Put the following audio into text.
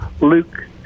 Luke